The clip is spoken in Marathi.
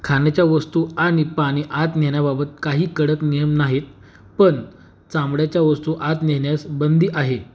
खाण्याच्या वस्तू आणि पाणी आत नेण्याबाबत काही कडक नियम नाहीत पण चामड्याच्या वस्तू आत नेण्यास बंदी आहे